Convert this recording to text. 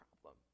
problem